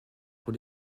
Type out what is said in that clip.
pour